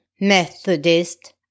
Methodist